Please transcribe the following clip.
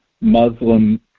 Muslim